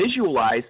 visualize